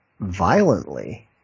Violently